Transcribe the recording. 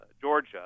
Georgia